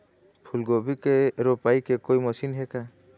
फूलगोभी के रोपाई के कोई मशीन हे का?